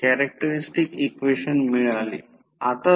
9 oआणि दुसरा कोन हा कोन 2 o आहे